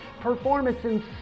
performance